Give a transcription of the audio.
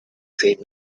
said